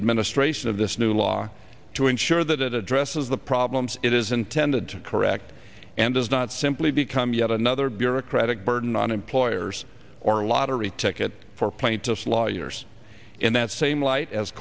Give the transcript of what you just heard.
administration of this new law to ensure that it addresses the problems it is intended to correct and does not simply become yet another bureaucratic burden on employers or a lottery ticket for plaintiff lawyers in that same light as